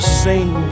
sing